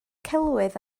celwydd